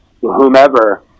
whomever